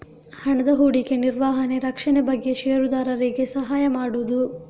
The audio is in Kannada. ಹಣದ ಹೂಡಿಕೆ, ನಿರ್ವಹಣೆ, ರಕ್ಷಣೆ ಬಗ್ಗೆ ಷೇರುದಾರರಿಗೆ ಸಹಾಯ ಮಾಡುದು